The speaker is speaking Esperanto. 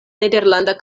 nederlanda